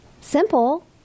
simple